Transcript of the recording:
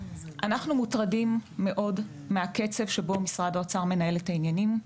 אנחנו מוטרדים מאוד מהקצב שבו משרד האוצר מנהל את העניינים.